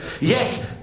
Yes